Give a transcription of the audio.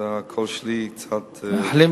הקול שלי קצת צרוד.